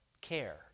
care